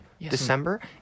December